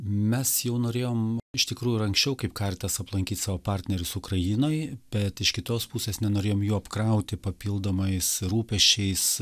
mes jau norėjom iš tikrųjų ir anksčiau kaip karitas aplankyt savo partnerius ukrainoj bet iš kitos pusės nenorėjom jų apkrauti papildomais rūpesčiais